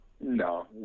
no